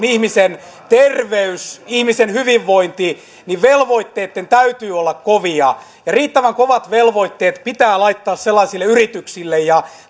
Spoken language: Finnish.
ihmisen terveys ihmisen hyvinvointi niin velvoitteitten täytyy olla kovia ja riittävän kovat velvoitteet pitää laittaa sellaisille yritykselle ja